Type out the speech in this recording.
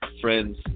friends